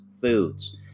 Foods